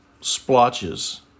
splotches